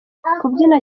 kubyina